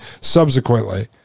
subsequently